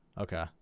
Okay